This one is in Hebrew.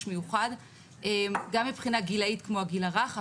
מיוחד גם מבחינה גילאית כמו הגיל הרך,